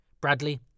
Bradley